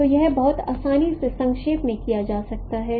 तो यह बहुत आसानी से संक्षेप में किया जा सकता है